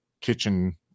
kitchen